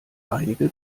einige